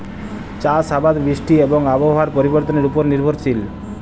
চাষ আবাদ বৃষ্টি এবং আবহাওয়ার পরিবর্তনের উপর নির্ভরশীল